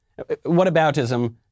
whataboutism